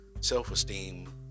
self-esteem